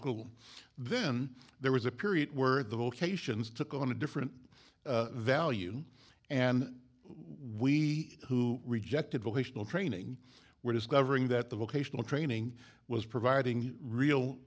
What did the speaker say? school then there was a period where the vocations took on a different value and we who rejected vocational training were discovering that the vocational training was providing